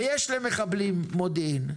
ויש למחבלים מודיעין.